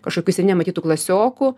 kažkokių seniai nematytų klasiokų